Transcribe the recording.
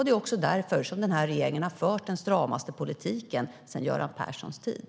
Det är också därför som den här regeringen har fört den stramaste politiken sedan Göran Perssons tid.